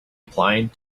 applied